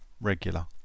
regular